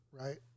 right